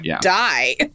die